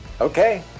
Okay